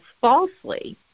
falsely